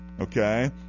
okay